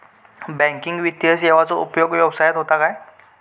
Banking वित्तीय सेवाचो उपयोग व्यवसायात होता काय?